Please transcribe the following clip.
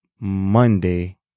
Monday